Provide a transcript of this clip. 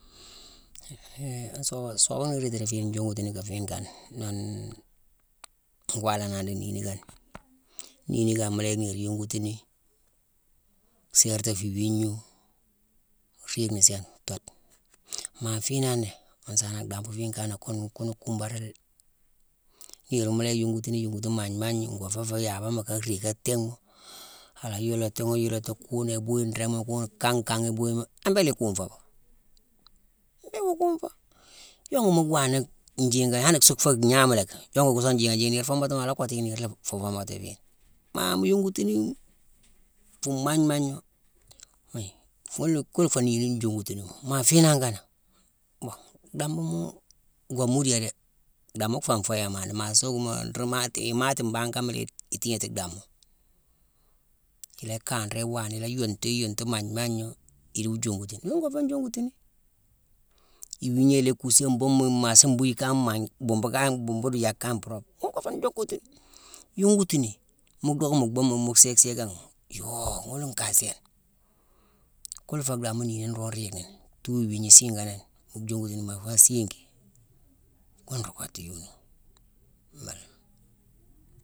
sooba nnhéérine rééti fiine njongutini fiine kane, nunee ngwalanani di niini kane. Niini kane, mu la yick niir yongutini, séérta fu iwigna, riigni sééne, thoode. Maa fiinangh né, mu saana dhambu fine kanack ghune ghune kumbaranini. Niirma mu yick a yongutini yongutini maane maani. Ngo fééfo yaabama kaa riig ka thinghma. A la yoolatinghi yoolata ghuna ibuyi ringhma kune kankan, ibuyima, a béélé ikunfo ba? Mbéé iwo kunfo. Yonguni mu gwanna njiigane, an suu féé gnawumacki, yongu kini song njiigane jiigane. Niir foomatimo, a la kottu yicki niir laa fu foomati fiine. Maa mu yongutini fuu magne magne, mu yick. Ghune-kuna féé niini njongutinima. Maa fiinangh kanack, mbon dhambuma goo muudiyé dé. Dhamma féé nfuyéma dé. Maa soo kuma, nruu maati-imaati mbaagh kama itignéti dhaamma. I la kanré iwaane, i la yuntiyi yuntu magne magne, idi wu jongutini. Nune ngo fé njongutinine. Iwignéye i la kusiyi an bumma, maasa mbuyi kama ma bhumbu kan-bhumbu di yéck kan puroopi. Ghune ngo féé njongutini. Yongutini mu dhocké mu bhumma, mu sééck sééckaghi, yoo ghune nkaye sééne. Ghuna féé dhamma niini nroo nruu yick nini. Thuu iwigna siiganéne. Mu jongutini mu faa asiigi. Ghuna nruu kottu yoni. Mbélancghi.